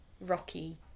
Rocky